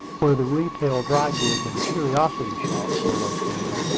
where the retail dry-goods and curiosity shops were located,